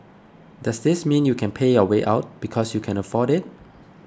does this mean you can pay your way out because you can afford it